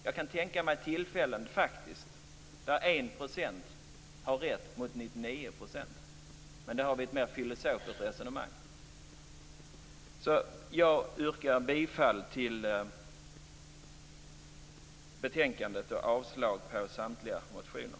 Jag kan tänka mig faktiskt tillfällen där 1 % har rätt mot 99 %. Men då får vi ett mer filosofiskt resonemang. Jag yrkar bifall till hemställan och avslag på samtliga motioner.